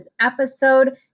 episode